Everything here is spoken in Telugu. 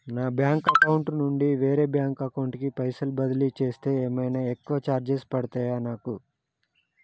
నా బ్యాంక్ అకౌంట్ నుండి వేరే బ్యాంక్ అకౌంట్ కి పైసల్ బదిలీ చేస్తే ఏమైనా ఎక్కువ చార్జెస్ పడ్తయా నాకు?